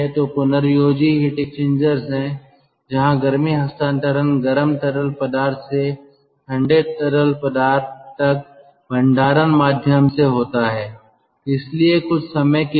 तो पुनर्योजी heat exchangers हैं जहां गर्मी हस्तांतरण गर्म तरल पदार्थ से ठंडे तरल पदार्थ तक भंडारण माध्यम से होता है इसलिए कुछ समय के लिए